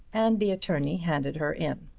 and the attorney handed her in.